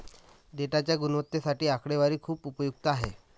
डेटाच्या गुणवत्तेसाठी आकडेवारी खूप उपयुक्त आहे